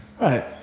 Right